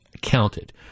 counted